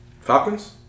Falcons